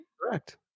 Correct